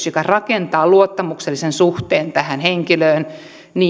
joka rakentaa luottamuksellisen suhteen tähän henkilöön